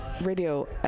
Radio